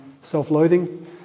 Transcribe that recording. self-loathing